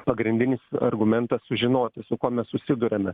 pagrindinis argumentas sužinoti su kuo mes susiduriame